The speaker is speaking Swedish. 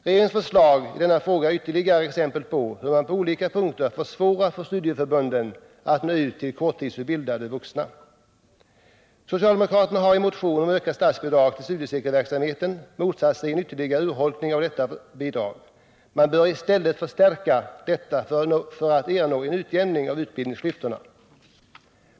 Regeringens förslag i denna fråga är ett ytterligare exempel på hur man på olika punkter försvårar för studieförbunden att nå ut till korttidsutbildade vuxna. Socialdemokraterna har i en motion om ökat statsbidrag till studiecirkelverksamheten motsatt sig en ytterligare urholkning av detta bidrag — man bör i stället förstärka det för att ernå en utjämning av utbildningsklyftorna.